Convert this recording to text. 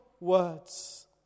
words